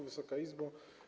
Wysoka Izbo!